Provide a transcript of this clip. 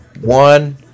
One